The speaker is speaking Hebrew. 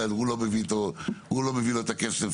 הרי הוא לא מביא לו את הכסף.